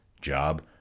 job